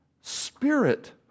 spirit